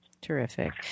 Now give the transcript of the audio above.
Terrific